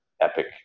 epic